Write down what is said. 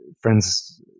friends